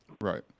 Right